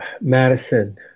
Madison